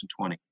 2020